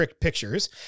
Pictures